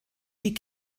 die